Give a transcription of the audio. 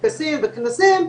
טקסים וכנסים",